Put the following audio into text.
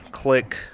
Click